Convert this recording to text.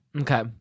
Okay